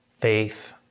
faith